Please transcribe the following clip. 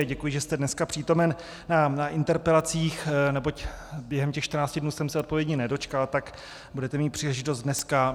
Děkuji, že jste dneska přítomen na interpelacích, neboť během těch 14 dnů jsem se odpovědi nedočkal, tak budete mít příležitost dneska.